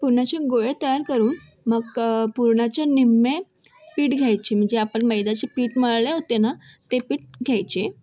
पुरणाचे गोळे तयार करून मग पुरणाच्या निम्मे पीठ घ्यायचे म्हणजे आपण मैद्याचे पीठ मळले होते ना ते पीठ घ्यायचे